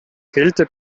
kälte